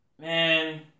Man